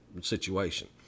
situation